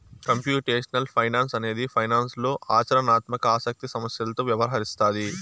computational finance అనేది ఫైనాన్స్లో ఆచరణాత్మక ఆసక్తి సమస్యలతో వ్యవహరిస్తాది